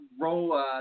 roll